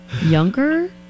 younger